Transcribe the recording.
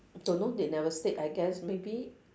don't know they never state I guess maybe